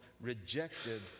rejected